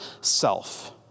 self